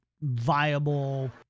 viable